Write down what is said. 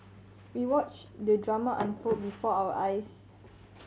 we watched the drama unfold before our eyes